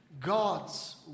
God's